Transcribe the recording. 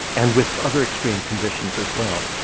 and with other extreme conditions as well.